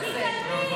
די, תתעלמי.